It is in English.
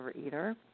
overeater